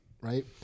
right